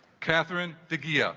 catherine dijiye ah